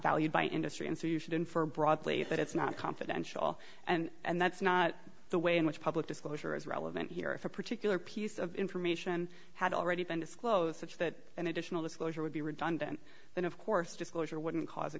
valued by industry and so you should infer broadly that it's not confidential and that's not the way in which public disclosure is relevant here if a particular piece of information had already been disclosed such that an additional disclosure would be redundant then of course disclosure wouldn't cause a